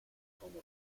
home